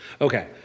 Okay